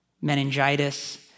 meningitis